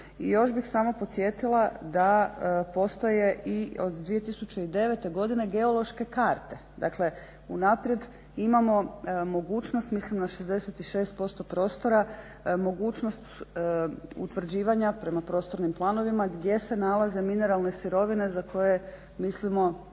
I još bih samo podsjetila da postoje i od 2009.godine geološke karte, dakle unaprijed imamo mogućnost mislim na 66% prostora, mogućnosti utvrđivanja prema prostornim planovima gdje se nalaze mineralne sirovine za koje mislimo